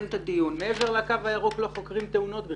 מעבר לקו הירוק לא חוקרים תאונות בכלל.